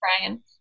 brian